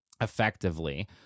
effectively